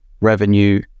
revenue